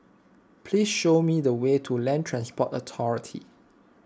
please show me the way to Land Transport Authority